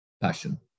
passion